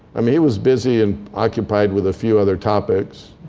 i mean he was busy and occupied with a few other topics.